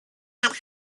had